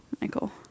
Michael